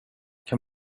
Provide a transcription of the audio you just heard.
kan